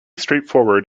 straightforward